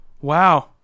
Wow